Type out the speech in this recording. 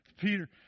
Peter